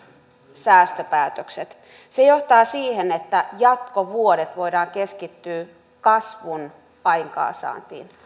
säästöpäätökset se johtaa siihen että jatkovuodet voidaan keskittyä kasvun aikaansaantiin